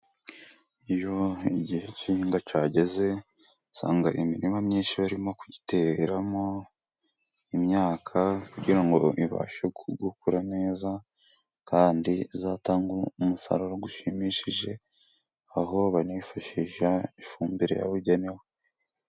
Iyo igihe k’ihingwa cyageze，usanga imirima myinshi barimo kuyiteramo imyaka， kugira ngo ibashe gukura neza， kandi izatange umusaruro ushimishije， aho banifashisha ifumbire yabugenewe.